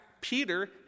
Peter